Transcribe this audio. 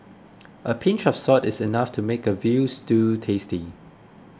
a pinch of salt is enough to make a Veal Stew tasty